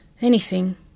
Anything